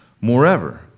Moreover